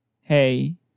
Hey